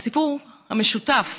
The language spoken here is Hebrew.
הסיפור המשותף.